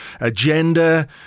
agenda